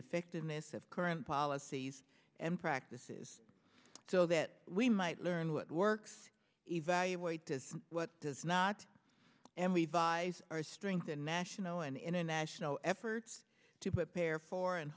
effectiveness of current policies and practices so that we might learn what works evaluate this what does not and we vies our strength and national and international efforts to put care for and